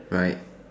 right